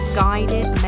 guided